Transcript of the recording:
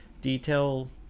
Detail